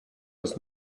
was